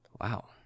Wow